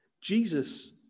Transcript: Jesus